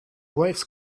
waves